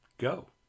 Go